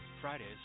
Fridays